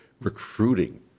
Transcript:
recruiting